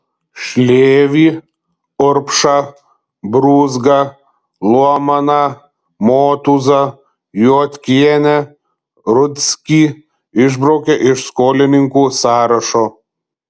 šlėvį urbšą brūzgą luomaną motūzą juodkienę rudzkį išbraukė iš skolininkų sąrašo